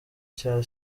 cya